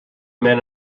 men